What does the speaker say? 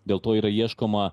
dėl to yra ieškoma